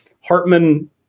hartman